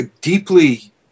deeply